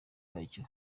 kacyo